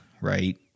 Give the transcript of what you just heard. right